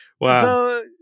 wow